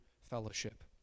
fellowship